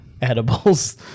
edibles